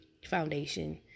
foundation